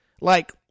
Like